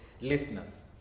listeners